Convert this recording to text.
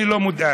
אני לא מודאג,